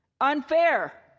Unfair